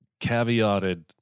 caveated